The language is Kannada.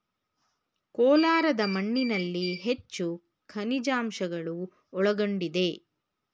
ಕೋಲಾರದ ಮಣ್ಣಿನಲ್ಲಿ ಹೆಚ್ಚು ಖನಿಜಾಂಶಗಳು ಒಳಗೊಂಡಿದೆ